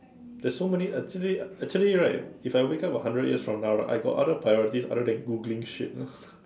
there's so many actually ah actually right if I wake up a hundred years from now on I got other priorities other than Googling shit lor